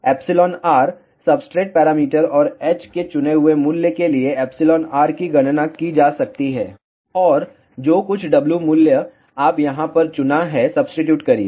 εr substrate parameter और h के चुने हुए मूल्य के लिए εr की गणना की जा सकती है और जो कुछ W मूल्य आप यहाँ पर चुना है सब्सीट्यूट करिए